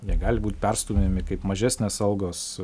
jie gali būt perstumiami kaip mažesnės algos